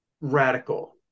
radical